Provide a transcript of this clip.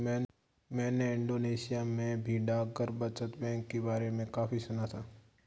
मैंने इंडोनेशिया में भी डाकघर बचत बैंक के बारे में काफी सुना था